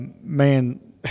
man